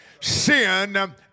sin